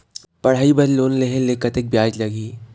पढ़ई बर लोन लेहे ले कतक ब्याज लगही?